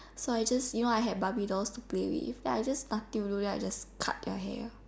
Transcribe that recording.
so I just you know I have barbie dolls to play with then I just nothing to do then I just cut their hair